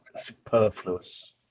superfluous